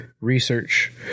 research